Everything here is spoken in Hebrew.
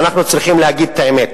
אנחנו צריכים להגיד את האמת